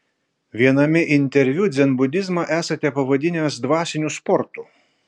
viename interviu dzenbudizmą esate pavadinęs dvasiniu sportu